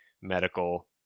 medical